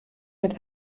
mit